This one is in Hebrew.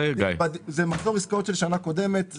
זה מחזור עסקאות של שנה קודמת.